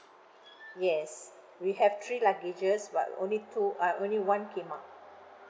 yes we have three luggages but only two uh only one came up